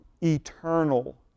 eternal